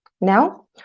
now